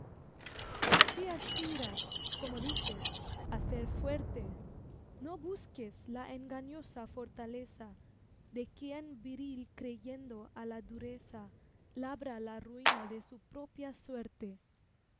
si aspiras como dices á ser fuerte no busques la engañosa fortaleza de quien viril creyendo á la dureza labra la ruina de su propia suerte